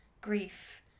grief